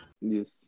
Yes